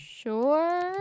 Sure